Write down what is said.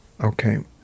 Okay